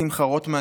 שמחה רוטמן,